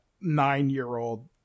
nine-year-old